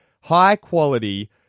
high-quality